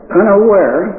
unaware